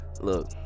look